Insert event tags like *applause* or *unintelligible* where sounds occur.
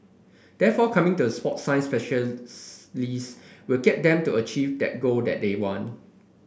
therefore coming to the sport science *unintelligible* will get them to achieve that goal that they want